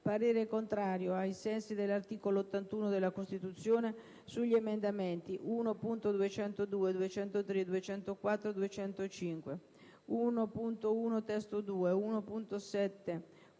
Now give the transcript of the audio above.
parere contrario, ai sensi dell'articolo 81 della Costituzione, sugli emendamenti 1.202, 1.203, 1.204, 1.205, 1.1 (testo 2), 1.7, 1.206,